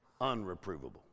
unreprovable